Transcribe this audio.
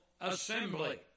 assembly